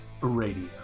Radio